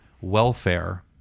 welfare